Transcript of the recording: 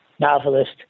novelist